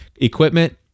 equipment